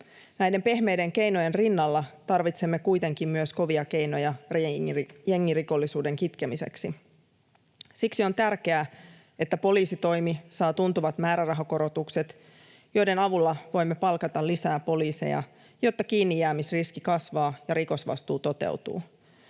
Näiden pehmeiden keinojen rinnalla tarvitsemme kuitenkin myös kovia keinoja jengirikollisuuden kitkemiseksi. Siksi on tärkeää, että poliisitoimi saa tuntuvat määrärahakorotukset, joiden avulla voimme palkata lisää poliiseja, jotta kiinnijäämisriski kasvaa ja rikosvastuu toteutuu.